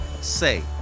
Say